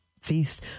feast